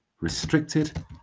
restricted